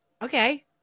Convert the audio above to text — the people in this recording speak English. Okay